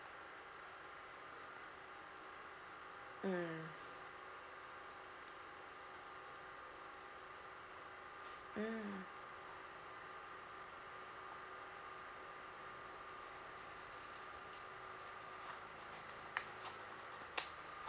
mm mm